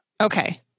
okay